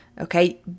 Okay